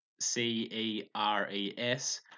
C-E-R-E-S